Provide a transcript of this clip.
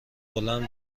بلند